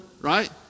right